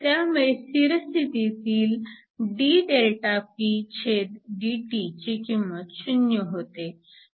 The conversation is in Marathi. त्यामुळे स्थिर स्थितीत dΔPdt ची किंमत 0 होते